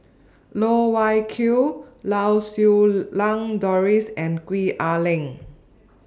Loh Wai Kiew Lau Siew Lang Doris and Gwee Ah Leng